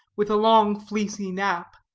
with a long fleecy nap.